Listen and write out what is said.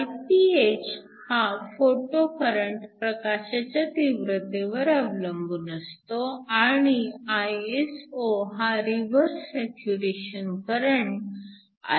Iph हा photo current प्रकाशाच्या तीव्रतेवर अवलंबून असतो आणि Iso हा रिवर्स सॅच्युरेशन करंट आहे